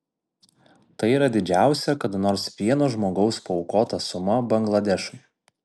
tai yra didžiausia kada nors vieno žmogaus paaukota suma bangladešui